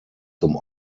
zum